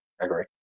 Agree